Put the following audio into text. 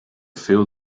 feel